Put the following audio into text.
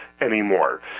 anymore